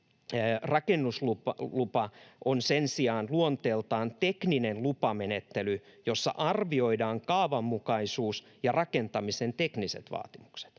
”Rakennuslupa on sen sijaan luonteeltaan tekninen lupamenettely, jossa arvioidaan kaavanmukaisuus ja rakentamisen tekniset vaatimukset.